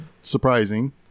surprising